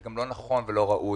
שזה לא נכון ולא ראוי.